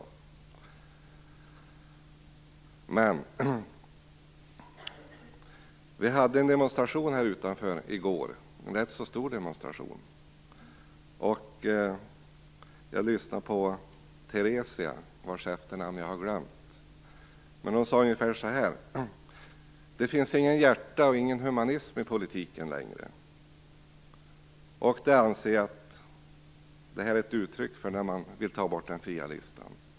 Vi hade en rätt så stor demonstration här utanför riksdagshuset i går. Jag lyssnade på Teresia, vars efternamn jag har glömt. Hon sade ungefär så här: Det finns inget hjärta eller humanitet i politiken längre. Att man vill ta bort den fria listan anser jag är ett uttryck för det.